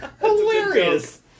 Hilarious